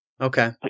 Okay